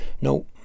no